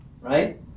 Right